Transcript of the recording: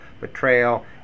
Betrayal